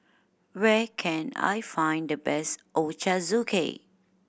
where can I find the best Ochazuke